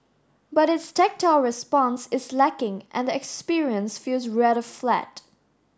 but its tactile response is lacking and the experience feels rather flat